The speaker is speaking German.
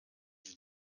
sie